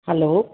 hello